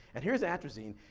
and here's atrazine.